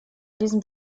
diesem